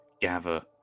gather